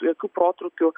jokių protrūkių